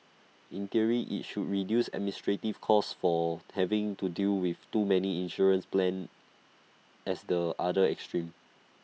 in theory IT should reduce administrative costs for having to deal with too many insurance plans as the other extreme